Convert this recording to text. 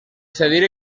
cedir